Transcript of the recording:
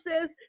says